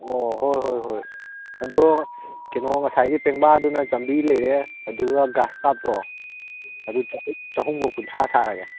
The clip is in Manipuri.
ꯑꯣ ꯍꯣꯏ ꯍꯣꯏ ꯍꯣꯏ ꯑꯗꯣ ꯀꯩꯅꯣ ꯉꯁꯥꯏꯒꯤ ꯄꯦꯡꯕꯥꯗꯨꯅ ꯆꯥꯝꯃꯔꯤ ꯂꯩꯔꯦ ꯑꯗꯨꯒ ꯒ꯭ꯔꯥꯁ ꯀꯞꯇꯣ ꯑꯗꯨ ꯆꯍꯨꯝ ꯆꯍꯨꯝꯒ ꯀꯨꯟꯊ꯭ꯔꯥ ꯁꯥꯔꯒꯦ